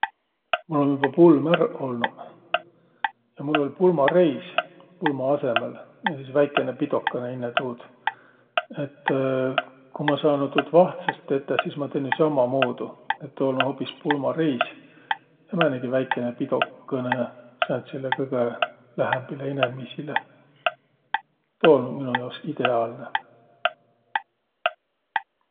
Mul um joba pulm ärq olnuq ja mul oll' pulmareis pulma asõmal, ja sis väikene pidokõnõ inne tuud. Et kuma saanuq tuud vahtsõst tetäq, sis ma tennüq sammamuudu, et olnuq hoobis pulmareis ja määnegi väikene pidokõnõ sääntsile kõgõ lähämbile inemiisile. Tuu olnuq mino jaos ideaalnõ.